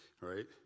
right